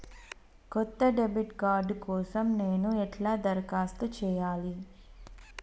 కొత్త debit card కోసం నేను ఎట్లా దరఖాస్తు చేయాలి?